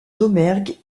domergue